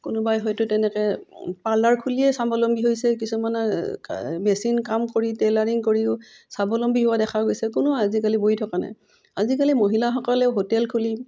কোনোবাই হয়তো তেনেকৈ পাৰ্লাৰ খুলিয়ে স্বাৱলম্বী হৈছে কিছুমানে মেচিন কাম কৰি টেইলাৰিং কৰিও স্বাৱলম্বী হোৱা দেখা গৈছে কোনো আজিকালি বহি থকা নাই আজিকালি মহিলাসকলেও হোটেল খুলি